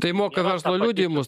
tai moka verslo liudijimus